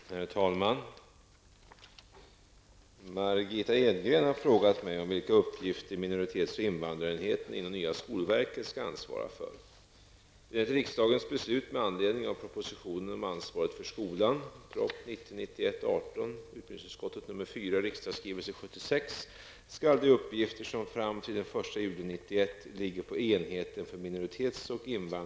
Herr talman! Margitta Edgren har frågat mig om vilka uppgifter minoritets och invandrarenheten inom nya skolverket skall ansvara för. Situationen beträffande organisationen av skolverket är denna.